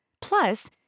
Plus